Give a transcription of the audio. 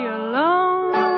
alone